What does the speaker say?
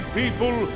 people